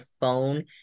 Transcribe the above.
phone